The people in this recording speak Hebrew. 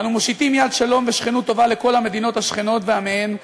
אנו מושיטים יד שלום ושכנות טובה לכל המדינות השכנות ועמיהן,